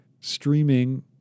streaming